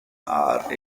are